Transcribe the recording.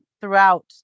throughout